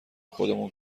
خودمون